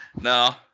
no